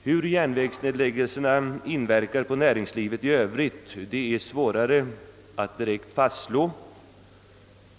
Hur järnvägsnedläggelserna inverkar på näringslivet i övrigt är svårare att direkt fastställa.